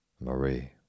Marie